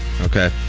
Okay